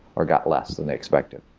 or got less than they expected.